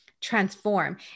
transform